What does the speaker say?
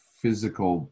physical